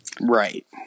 Right